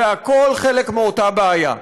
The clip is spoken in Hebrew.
זה הכול חלק מאותה בעיה,